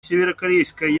северокорейское